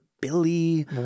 Billy